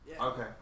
Okay